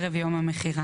מאלה: